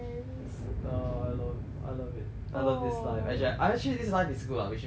nah I love I love it I love this life I ah actually this life is good lah we should remain stay out